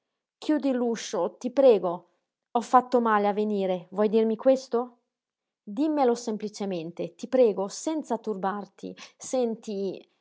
chiudi l'uscio ti prego ho fatto male a venire vuoi dirmi questo dimmelo semplicemente ti prego senza turbarti senti